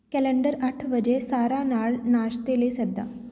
calendar ਅੱਠ ਵਜੇ ਸਾਰਾ ਨਾਲ ਨਾਸ਼ਤੇ ਲਈ ਸੱਦਾ